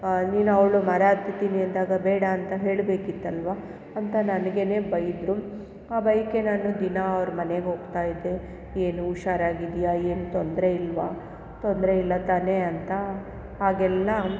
ನೀನು ಅವಳು ಮರ ಹತ್ತುತ್ತೀನಿ ಅಂದಾಗ ಬೇಡ ಅಂತ ಹೇಳಬೇಕಿತ್ತಲ್ವ ಅಂತ ನನಗೇನೆ ಬೈದರು ಆ ಭಯಕ್ಕೆ ನಾನು ದಿನಾ ಅವ್ರ ಮನೆಗೆ ಹೋಗ್ತಾ ಇದ್ದೆ ಏನು ಹುಷಾರಾಗಿದ್ದೀಯ ಏನು ತೊಂದರೆ ಇಲ್ವ ತೊಂದರೆ ಇಲ್ಲ ತಾನೇ ಅಂತ ಹಾಗೆಲ್ಲ